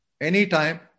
anytime